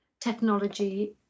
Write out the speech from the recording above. technology